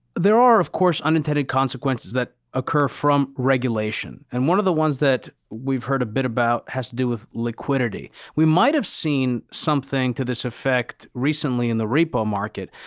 there are of course, unintended consequences that occur from regulation. and one of the ones that we've heard a bit about has to do with liquidity. we might have seen something to this effect recently in the repo market.